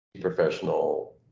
professional